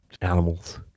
animals